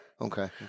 Okay